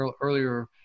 earlier